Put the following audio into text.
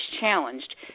Challenged